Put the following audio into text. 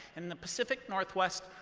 in the pacific northwest,